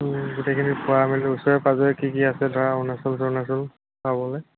গোটেইখিনি ফুৰা মেলি ওচৰে পাঁজৰে কি কি আছে ধৰা অৰুণাচল চৰুণাচল চাবলৈ